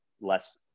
less